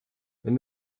wenn